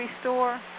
store